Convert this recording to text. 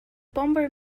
bomber